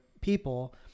people